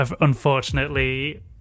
unfortunately